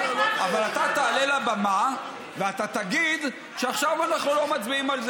אבל אתה תעלה לבמה ואתה תגיד: עכשיו אנחנו לא מצביעים על זה,